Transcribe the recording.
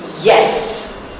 Yes